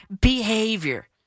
behavior